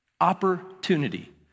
opportunity